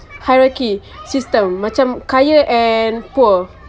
hierarchy system macam kaya and poor